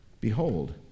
behold